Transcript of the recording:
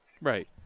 Right